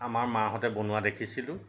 আমাৰ মাহঁতে বনোৱা দেখিছিলোঁ